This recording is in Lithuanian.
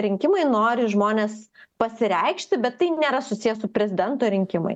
rinkimai nori žmonės pasireikšti bet tai nėra susiję su prezidento rinkimai